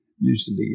usually